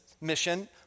mission